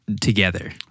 together